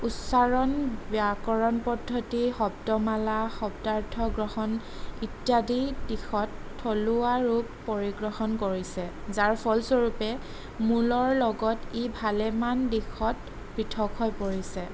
উচ্চাৰণ ব্যাকৰণ পদ্ধতি শব্দমালা শব্দাৰ্থ গ্ৰহণ ইত্যাদি দিশত থলুৱা ৰূপ পৰিগ্ৰহণ কৰিছে যাৰ ফলস্বৰূপে মূলৰ লগত ই ভালেমান দিশত পৃথক হৈ পৰিছে